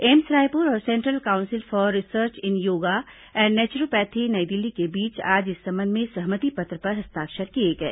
AIIMS Raipur और central council for research in yoga and naturopathy Nai Delhi के बीच आज इस संबंध में सहमति पत्र पर हस्ताक्षर किए गए